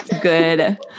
Good